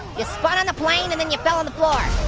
you spun on the plane and then you fell on the floor.